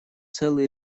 целый